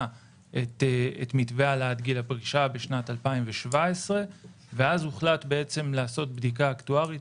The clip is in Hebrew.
את מתווה העלאת גיל הפרישה בשנת 2017 ואז הוחלט לעשות בדיקה אקטוארית,